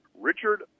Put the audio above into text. Richard